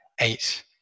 eight